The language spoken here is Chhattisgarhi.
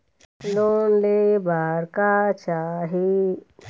लोन ले बार का चाही?